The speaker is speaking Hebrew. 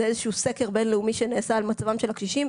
זה איזשהו סקר בין-לאומי שנעשה על מצבם של הקשישים.